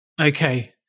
Okay